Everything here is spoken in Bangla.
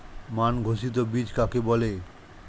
মান ঘোষিত বীজ কাকে বলে?